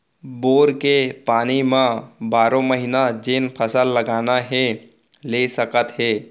bore के पानी म बारो महिना जेन फसल लगाना हे ले सकत हे